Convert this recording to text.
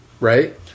right